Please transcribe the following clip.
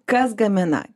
kas gamina